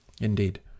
Indeed